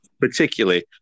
particularly